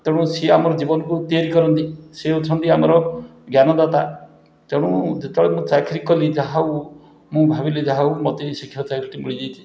ତେଣୁ ସିଏ ଆମର ଜୀବନକୁ ତିଆରି କରନ୍ତି ସିଏ ହେଉଛନ୍ତି ଆମର ଜ୍ଞାନଦାତା ତେଣୁ ଯେତେବେଳେ ମୁଁ ଚାକିରି କଲି ଯାହା ହେଉ ମୁଁ ଭାବିଲି ଯାହା ହେଉ ମୋତେ ଏଇ ଶିକ୍ଷକ ଚାକିରିଟି ମିଳିଯାଇଛି